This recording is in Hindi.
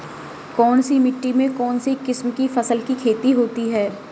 कौनसी मिट्टी में कौनसी किस्म की फसल की खेती होती है?